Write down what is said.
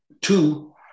two